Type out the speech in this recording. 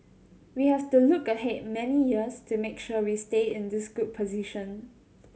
we have to look ahead many years to make sure we stay in this good position